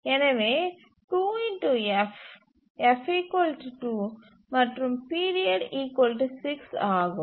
எனவே 2 F F 2 மற்றும் period 6 ஆகும்